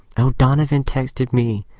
oh, donavan texted me.